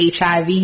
HIV